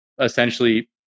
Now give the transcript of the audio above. essentially